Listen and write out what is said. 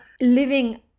living